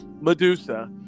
Medusa